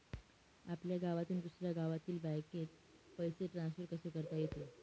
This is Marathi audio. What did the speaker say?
आपल्या गावातून दुसऱ्या गावातील बँकेत पैसे ट्रान्सफर कसे करता येतील?